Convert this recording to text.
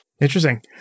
Interesting